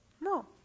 No